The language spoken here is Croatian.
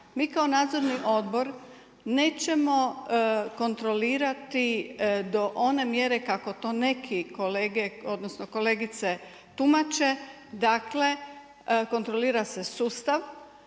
mi kao Nadzorni odbor nećemo kontrolirati do one mjere kako to neki kolege, odnosno kolegice tumače. Dakle, kontrolira se sustav.